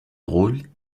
drôle